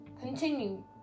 continue